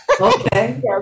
Okay